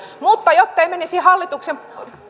mutta jottei menisi hallituksen